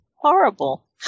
horrible